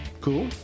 Cool